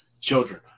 Children